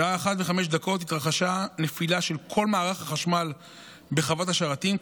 בשעה 01:05 התרחשה נפילה של כל מערך החשמל בחוות השרתים,